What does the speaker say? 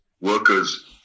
workers